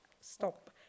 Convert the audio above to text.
stop